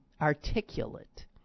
articulate